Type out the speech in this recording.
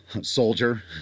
soldier